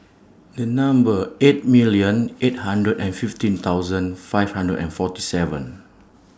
A Number eight million eight hundred and fifteen thousand five hundred and forty seven